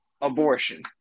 abortion